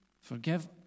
forgive